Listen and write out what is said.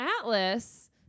Atlas